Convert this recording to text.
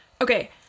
okay